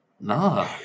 no